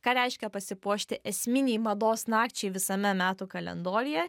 ką reiškia pasipuošti esminei mados nakčiai visame metų kalendoriuje